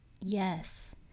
yes